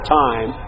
time